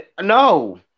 no